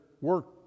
work